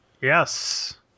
Yes